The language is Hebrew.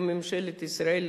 לא ממשלת ישראל,